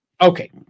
Okay